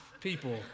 people